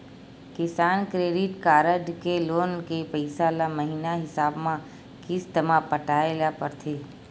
किसान credit card के loan के पइसा ल महिना हिसाब म किस्त म पटाए ल परथे